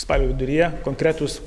spalio viduryje konkretūs